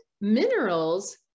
minerals